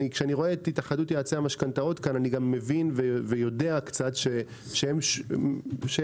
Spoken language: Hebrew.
כשאני רואה את התאחדות יועצי המשכנתאות כאן אני מבין ויודע שהם גם